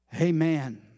Amen